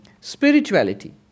spirituality